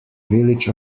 village